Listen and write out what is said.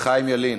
חיים ילין,